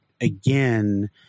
again